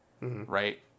right